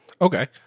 Okay